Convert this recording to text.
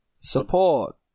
Support